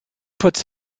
puts